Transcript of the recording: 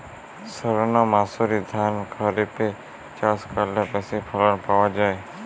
সর্ণমাসুরি ধান খরিপে চাষ করলে বেশি ফলন পাওয়া যায়?